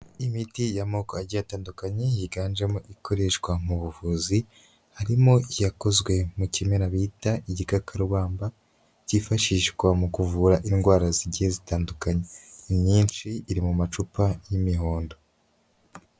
Imiti ya amoko agiye atandukanye, yiganjemo ikoreshwa mu buvuzi, harimo iyakozwe mu kimera bita igikakarubamba, kifashishwa mu kuvura indwara zigiye zitandukanye. Imyinshi iri mu macupa, y'imihondo.